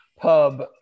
pub